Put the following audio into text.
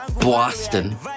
Boston